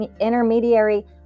intermediary